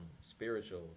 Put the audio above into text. spiritual